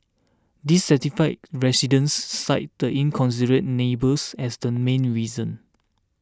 dissatisfied residents cited the inconsiderate neighbours as the main reason